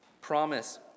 promise